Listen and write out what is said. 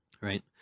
right